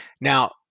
Now